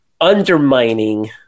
undermining